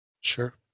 Sure